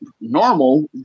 normal